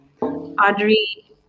Audrey